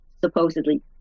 supposedly